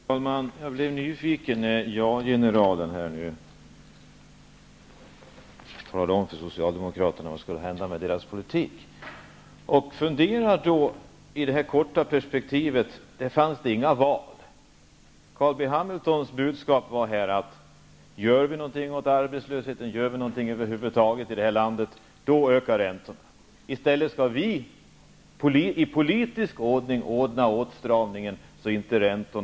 Fru talman! Jag blev nyfiken när ja-generalen talade om för Socialdemokraterna vad som skulle hända med deras politik. I det här korta perspektivet fanns det inga val. Carl B. Hamiltons budskap var att räntorna ökar om vi gör någonting åt arbetslösheten, om vi över huvud taget gör någonting i det här landet. I stället skall man medelst politiskt ordning se till att räntorna inte ökar.